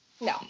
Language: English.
No